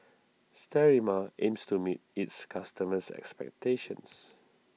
Sterimar aims to meet its customers' expectations